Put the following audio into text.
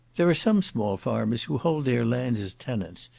there are some small farmers who hold their lands as tenants,